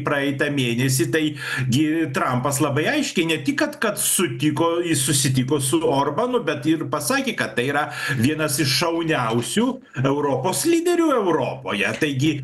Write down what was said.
praeitą mėnesį tai gi trampas labai aiškiai ne tik kad kad sutiko jis susitiko su orbanu bet ir pasakė kad tai yra vienas iš šauniausių europos lyderių europoje taigi